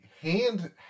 Hand